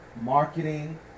marketing